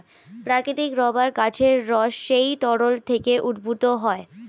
প্রাকৃতিক রাবার গাছের রস সেই তরল থেকে উদ্ভূত হয়